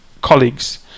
colleagues